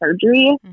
surgery